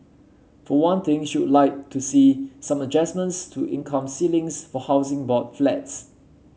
for one thing she would like to see some adjustments to income ceilings for Housing Board Flats